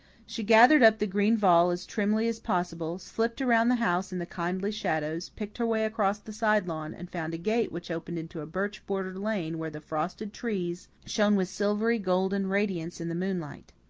she gathered up the green voile as trimly as possible, slipped around the house in the kindly shadows, picked her way across the side lawn, and found a gate which opened into a birch-bordered lane where the frosted trees shone with silvery-golden radiance in the moonlight.